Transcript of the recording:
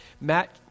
Matt